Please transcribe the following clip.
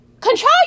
control